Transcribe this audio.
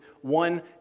one